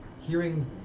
hearing